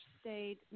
stayed